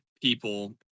people